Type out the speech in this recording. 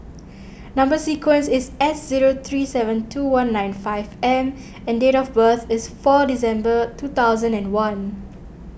Number Sequence is S zero three seven two one nine five M and date of birth is four December two thousand and one